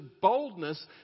boldness